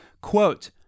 Quote